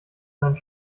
seinen